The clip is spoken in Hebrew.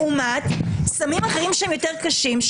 לעומת סמים אחרים שהם יותר קשים,